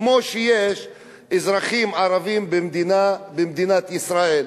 כמו שיש אזרחים ערבים במדינת ישראל.